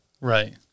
Right